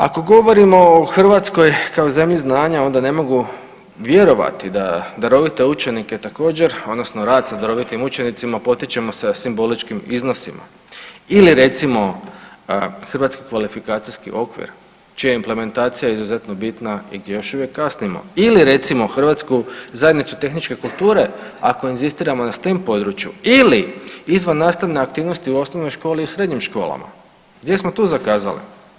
Ako govorimo o Hrvatskoj kao zemlji znanja onda ne mogu vjerovati da darovite učenike također odnosno rad sa darovitim učenicima potičemo sa simboličkim iznosima ili recimo hrvatski kvalifikacijski okvir čija je implementacija izuzetno bitna i gdje još uvijek kasnimo ili recimo Hrvatsku zajednicu tehničke kulture ako inzistiramo na stem području ili izvan nastavne aktivnosti u osnovnoj školi i srednjim školama, gdje smo tu zakazali?